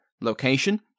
location